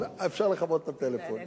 אבל אפשר לכבות את הטלפון.